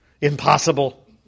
impossible